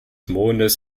mondes